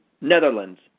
Netherlands